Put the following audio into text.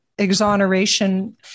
exoneration